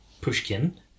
Pushkin